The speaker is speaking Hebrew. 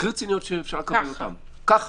רציניות שאפשר לקבל ככה.